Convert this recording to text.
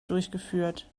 durchgeführt